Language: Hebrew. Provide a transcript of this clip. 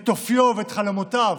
את אופיו ואת חלומותיו,